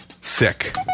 sick